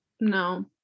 No